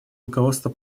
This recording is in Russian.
руководство